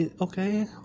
Okay